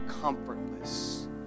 comfortless